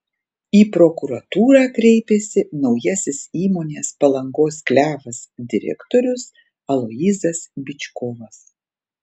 į prokuratūrą kreipėsi naujasis įmonės palangos klevas direktorius aloyzas byčkovas